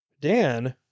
Dan